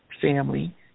family